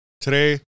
Today